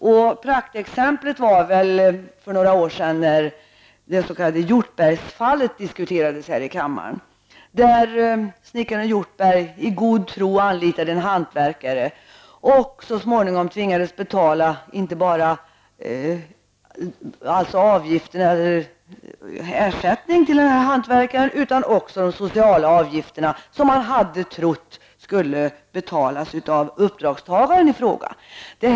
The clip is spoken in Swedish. Ett praktexempel här är väl det s.k. Hjortbergfallet, som diskuterades här i kammaren för några år sedan. Det gällde snickare Hjortberg som, i god tro, anlitade en hantverkare. Men så småningom tvingades Hjortberg att betala inte bara ersättning till hantverkaren utan också sociala avgifter. De senare hade Hjortberg trott att uppdragstagaren i fråga skulle betala.